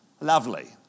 Lovely